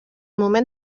moment